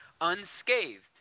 unscathed